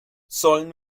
sollen